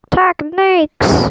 techniques